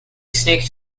sneaked